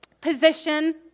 position